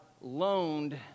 loaned